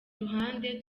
ruhande